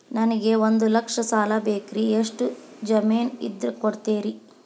ನನಗೆ ಒಂದು ಲಕ್ಷ ಸಾಲ ಬೇಕ್ರಿ ಎಷ್ಟು ಜಮೇನ್ ಇದ್ರ ಕೊಡ್ತೇರಿ?